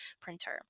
printer